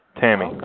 Tammy